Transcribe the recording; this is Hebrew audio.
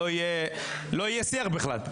לא יהיה שיח בכלל.